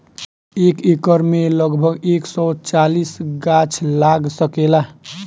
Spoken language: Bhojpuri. एक एकड़ में लगभग एक सौ चालीस गाछ लाग सकेला